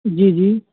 جی جی